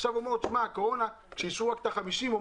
ועכשיו בקורונה אישרו רק 50 אנשים באירוע,